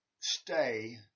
stay